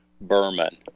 Berman